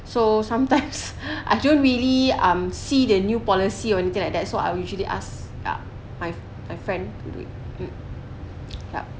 so sometimes I don't really um see the new policy or anything like that so I will usually ask ya my my friend to do it yup